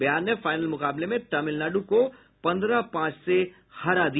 बिहार ने फाइनल मुकाबले में तमिलनाडु को पन्द्रह पांच से हरा दिया